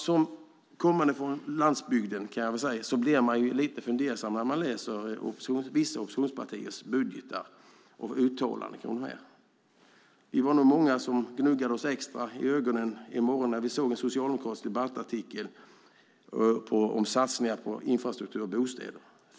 Jag kommer från landsbygden, och jag kan bli fundersam när jag läser vissa oppositionspartiers budgetar och uttalanden. Vi var nog många som gnuggade oss extra i ögonen när vi en morgon såg en socialdemokratisk debattartikel om satsningar på infrastruktur och bostäder.